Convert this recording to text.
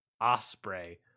osprey